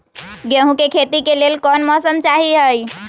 गेंहू के खेती के लेल कोन मौसम चाही अई?